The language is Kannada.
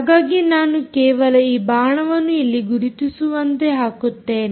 ಹಾಗಾಗಿ ನಾನು ಕೇವಲ ಈ ಬಾಣವನ್ನು ಇಲ್ಲಿ ಗುರುತಿಸುವಂತೆ ಹಾಕುತ್ತೇನೆ